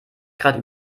gerade